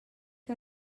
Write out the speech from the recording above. que